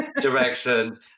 direction